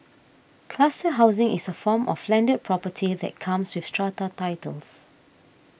cluster housing is a form of landed property that comes with strata titles